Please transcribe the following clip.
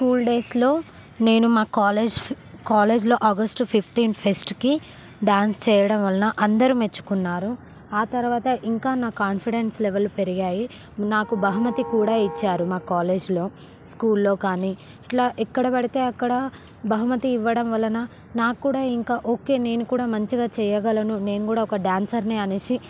school డేస్లో నేను మా కాలేజ్ కాలేజ్లో ఆగస్టు ఫిఫ్టీన్త్ ఫెస్ట్కి డాన్స్ చేయడం వలన అందరూ మెచ్చుకున్నారు ఆ తర్వాత ఇంకా నాకు కాన్ఫిడెన్స్ లెవెల్స్ పెరిగాయి నాకు బహుమతి కూడా ఇచ్చారు మా కాలేజీలో స్కూల్లో కానీ ఇట్లా ఎక్కడపడితే అక్కడ బహుమతి ఇవ్వడం వలన నాకు కూడా ఇంకా ఓకే నేను కూడా మంచిగా చేయగలను నేను కూడా ఒక డాన్సర్ని అనేసి